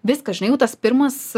viską žinai jau tas pirmas